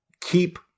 keep